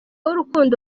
w’urukundo